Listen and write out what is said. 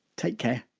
take care